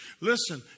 Listen